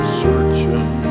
searching